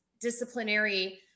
disciplinary